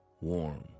warm